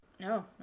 No